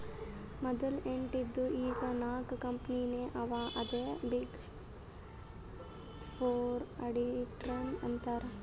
ಮದಲ ಎಂಟ್ ಇದ್ದು ಈಗ್ ನಾಕ್ ಕಂಪನಿನೇ ಅವಾ ಅದ್ಕೆ ಬಿಗ್ ಫೋರ್ ಅಡಿಟರ್ಸ್ ಅಂತಾರ್